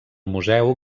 museu